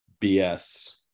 bs